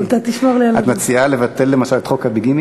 את מציעה לבטל, למשל, את חוק הביגמיה?